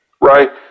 right